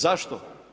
Zašto?